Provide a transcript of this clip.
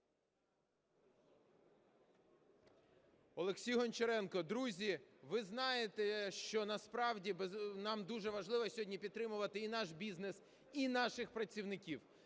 Олексій Гончаренко. Друзі, ви знаєте, що насправді нам дуже важливо сьогодні підтримувати і наш бізнес, і наших працівників.